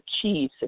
achieve